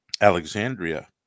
Alexandria